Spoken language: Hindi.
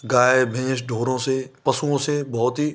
गाय भैंस ढोरों से पशुओं से बहुत ही